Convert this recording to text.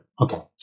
Okay